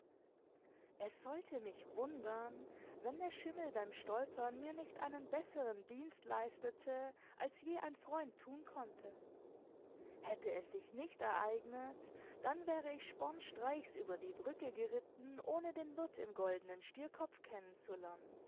es sollte mich wundern wenn der schimmel beim stolpern mir nicht einen besseren dienst leistete als je ein freund tun konnte hätte es sich nicht ereignet dann wäre ich spornstreichs über die brücke geritten ohne den wirt im goldenen stierkopf